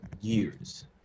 years